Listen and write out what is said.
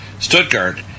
Stuttgart